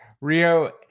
Rio